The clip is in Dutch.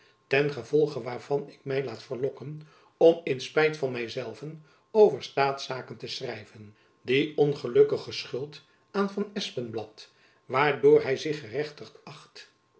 ten gevolge waarvan ik my laat verlokken om in spijt van myzelven over staatszaken te schrijven die ongelukkige schuld aan van espenblad waardoor hy zich gerechtigd acht